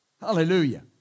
Hallelujah